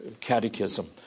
catechism